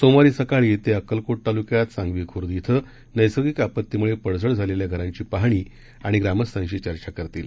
सोमवारी सकाळी ते अक्कलकोट तालुक्यात सांगवी खूर्द श्वे नैसर्गिक आपत्तीमुळे पडझड झालेल्या घरांची पाहणी आणि ग्रामस्थांशी चर्चा करतील